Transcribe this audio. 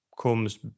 comes